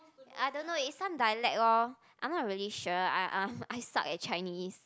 I don't know it's some dialect orh I'm not really sure I I suck at Chinese